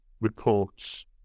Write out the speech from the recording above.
reports